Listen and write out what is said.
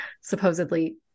supposedly